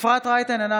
אפרת רייטן מרום,